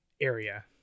area